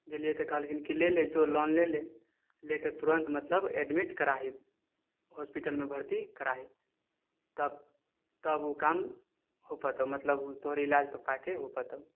गेलियै तऽ कहलखिन कि ले ले लोन जो ले ले ले के तुरन्त मतलब एडमिट कराही हॉस्पिटलमे भर्ती कराही तब तब ओ काम हो पयतहु मतलब तोहर इलाज पापाके हो पयतहु